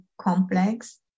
complex